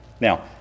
Now